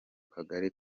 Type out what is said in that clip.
kagari